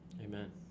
Amen